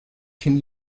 can